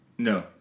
No